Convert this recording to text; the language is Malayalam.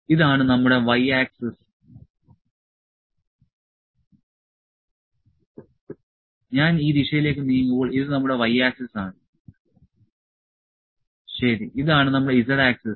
ഇതാണ് നമ്മുടെ y ആക്സിസ് ആണ് ഞാൻ ഈ ദിശയിലേക്ക് നീങ്ങുമ്പോൾ ഇത് നമ്മുടെ y ആക്സിസ് ആണ് ശരി ഇതാണ് നമ്മുടെ z ആക്സിസ്